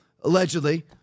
allegedly